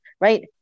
right